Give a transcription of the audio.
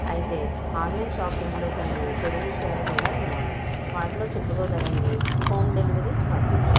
అయితే ఆన్లైన్ షాపింగ్లో కొన్ని చెడు విషయాలు కూడా ఉన్నాయి వాటిలో చెప్పుకోదగినవి హోమ్ డెలివరీ ఛార్జీలు